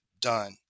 done